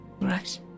Right